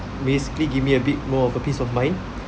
basically give me a bit more of a peace of mind